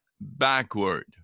backward